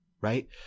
right